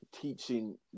teaching